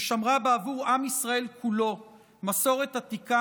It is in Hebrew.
ששמרה בעבור עם ישראל כולו מסורת עתיקה